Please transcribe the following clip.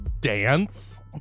Dance